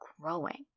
growing